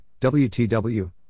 WTW